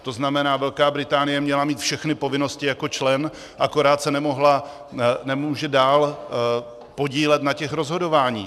To znamená, Velká Británie měla mít všechny povinnosti jako člen, akorát se nemůže dál podílet na těch rozhodováních.